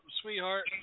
sweetheart